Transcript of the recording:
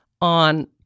on